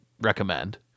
recommend